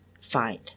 find